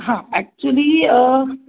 हां ॲक्च्युली